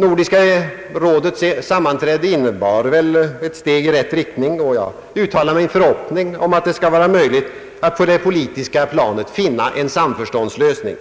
Nordiska rådets sammanträde innebar väl ett steg 1 rätt riktning, och jag uttalar min förhoppning att det skall vara möjligt att på det politiska planet finna en samförståndslösning.